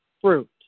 fruit